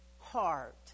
heart